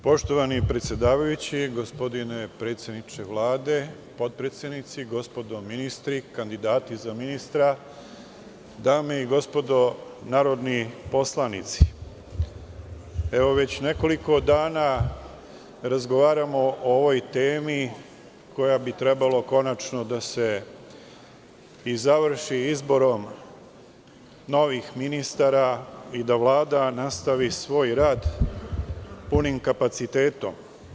Poštovani predsedavajući, gospodine predsedniče Vlade, potpredsednici, gospodo ministri, kandidati za ministre, dame i gospodo narodni poslanici, već nekoliko dana razgovaramo o ovoj temi, koja bi trebalo konačno da se završi izborom novih ministara i da Vlada nastavi svoj rad punim kapacitetom.